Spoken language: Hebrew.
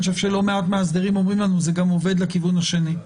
לא מעט מאסדרים אומרים לנו שזה גם עובד לכיוון השני,